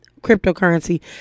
cryptocurrency